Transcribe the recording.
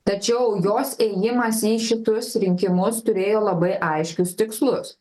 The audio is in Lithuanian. tačiau jos ėjimas į šitus rinkimus turėjo labai aiškius tikslus